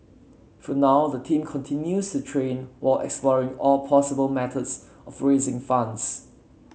for now the team continues to train while exploring all possible methods of raising funds